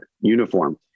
uniform